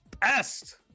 best